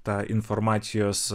tą informacijos